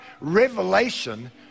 revelation